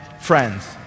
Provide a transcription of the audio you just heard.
Friends